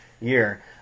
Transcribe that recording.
year